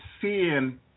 seeing